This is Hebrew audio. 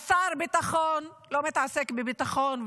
אז שר ביטחון לא מתעסק בביטחון,